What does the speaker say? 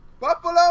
Buffalo